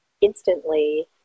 instantly